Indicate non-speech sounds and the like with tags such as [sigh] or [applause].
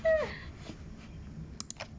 [laughs]